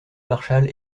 marshal